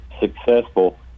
successful